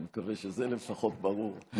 אני מקווה שזה לפחות ברור.